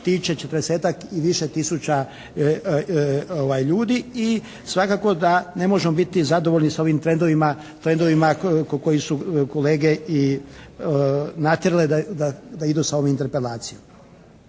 tiče 40-tak i više tisuća ljudi i svakako da ne možemo biti zadovoljni sa ovim trendovima koji su kolege i natjerali da idu sa ovom Interpelacijom.